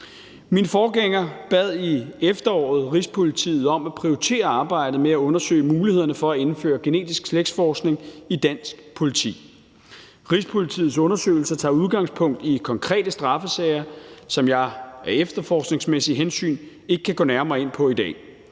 Min forgænger bad i efteråret Rigspolitiet om at prioritere arbejdet med at undersøge mulighederne for at indføre genetisk slægtsforskning i dansk politi. Rigspolitiets undersøgelser tager udgangspunkt i konkrete straffesager, som jeg af efterforskningsmæssige hensyn ikke kan gå nærmere ind på i dag.